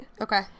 Okay